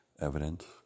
evident